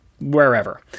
wherever